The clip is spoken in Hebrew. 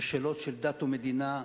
בשאלות של דת ומדינה,